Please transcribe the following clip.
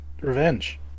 Revenge